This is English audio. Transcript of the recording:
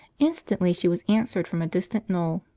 instantly she was answered from a distant knoll,